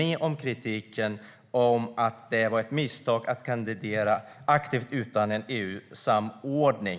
i den kritik som går ut på att det var ett misstag att kandidera aktivt utan EU-samordning?